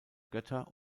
götter